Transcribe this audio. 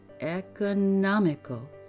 economical